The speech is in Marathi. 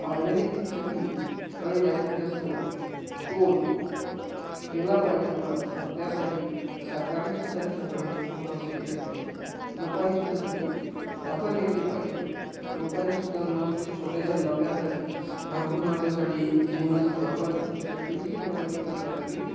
ऑरगॅनिक शेतीकडे जास्तीत जास्त तोल गेला पाहिजे लोकांचा त्यासाठी सरकारने सुद्धा त्याच्याकडे लक्ष्य दिलं गेलं पाहिजे लोकांनी सुद्धा त्याची दखल घेतली पाहिजे लोकांनी सुद्धा मस्त छोटाश्या नफ्यासाठी भरपूर नफ्यासाठी जीवनाची बरबादी पुढच्या पिढीची बरबादी करण्यासाठी